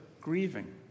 grieving